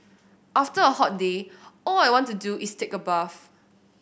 after a hot day all I want to do is take a bath